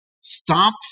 stop